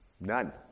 None